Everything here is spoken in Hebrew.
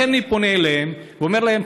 לכן, אני פונה אליהם ואומר להם: